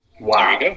Wow